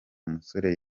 musore